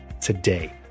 today